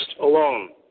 alone